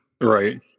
Right